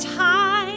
time